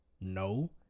No